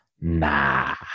nah